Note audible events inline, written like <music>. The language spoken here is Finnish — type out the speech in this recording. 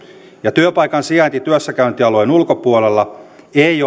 työpaikan sijainti työssäkäyntialueen ulkopuolella ei <unintelligible>